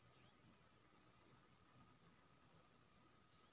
सबसे सुन्दर पसु चारा कोन बहुत बढियां होय इ?